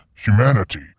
Humanity